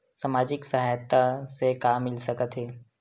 सामाजिक सहायता से का मिल सकत हे?